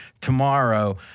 tomorrow